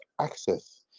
access